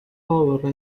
over